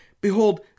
Behold